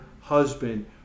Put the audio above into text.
husband